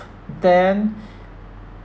then